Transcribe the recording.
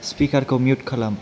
स्पिकारखौ mute खालाम